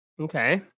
Okay